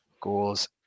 goals